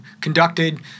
conducted